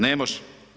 Ne može.